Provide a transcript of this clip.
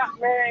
man